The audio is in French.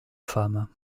femme